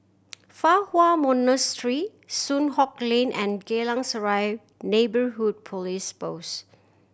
Fa Hua Monastery Soon Hock Lane and Geylang Serai Neighbourhood Police Post